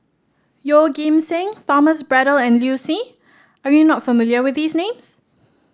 Yeoh Ghim Seng Thomas Braddell and Liu Si are you not familiar with these names